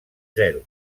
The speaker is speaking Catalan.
zero